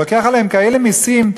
הוא לוקח עליהם כאלה מסים,